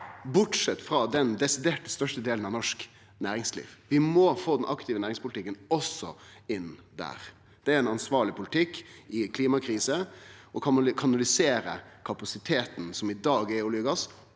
bortsett frå den desidert største delen av norsk næringsliv. Vi må få den aktive næringspolitikken også inn der. Det er ansvarleg politikk i ei klimakrise å kanalisere kapasiteten som i dag er i olje og gass,